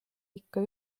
ikka